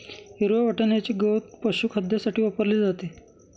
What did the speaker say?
हिरव्या वाटण्याचे गवत पशुखाद्यासाठी वापरले जाते